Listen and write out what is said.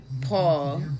Paul